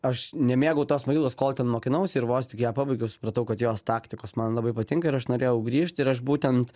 aš nemėgau tos mokyklos kol ten mokinausi ir vos tik ją pabaigiau supratau kad jos taktikos man labai patinka ir aš norėjau grįžt ir aš būtent